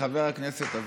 חבר הכנסת אבידר,